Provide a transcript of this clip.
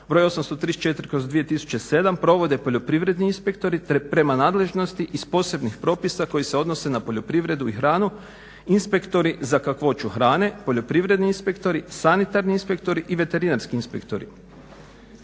broj 834/2007 provode poljoprivredni inspektori te prema nadležnosti iz posebnih propisa koji se odnose na poljoprivredu i hranu, inspektori za kakvoću hrane, poljoprivredni inspektori, sanitarni inspektori i veterinarski inspektori.